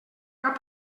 cap